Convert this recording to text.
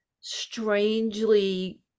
strangely